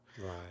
Right